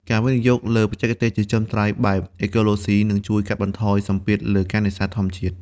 ការវិនិយោគលើ បច្ចេកទេសចិញ្ចឹមត្រី បែបអេកូឡូស៊ីនឹងជួយកាត់បន្ថយសម្ពាធលើការនេសាទធម្មជាតិ។